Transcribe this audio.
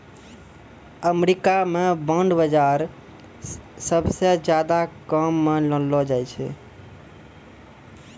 अमरीका म बांड बाजार सबसअ ज्यादा काम म लानलो जाय छै